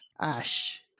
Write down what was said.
Ash